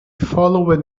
followed